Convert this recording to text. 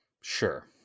sure